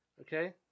Okay